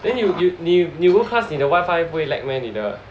then you you 你 go class 你的 wifi 不会 lag meh 你的